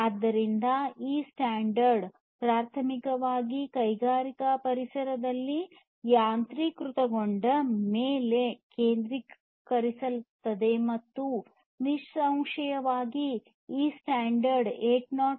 ಆದ್ದರಿಂದ ಈ ಸ್ಟ್ಯಾಂಡರ್ಡ್ವ ಪ್ರಾಥಮಿಕವಾಗಿ ಕೈಗಾರಿಕಾ ಪರಿಸರದಲ್ಲಿ ಯಾಂತ್ರೀಕೃತಗೊಂಡ ಮೇಲೆ ಕೇಂದ್ರೀಕರಿಸುತ್ತದೆ ಮತ್ತು ನಿಸ್ಸಂಶಯವಾಗಿ ಈ ಸ್ಟ್ಯಾಂಡರ್ಡ್ 802